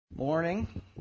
Morning